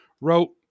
wrote